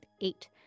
eight